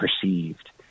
perceived